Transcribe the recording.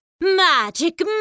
magic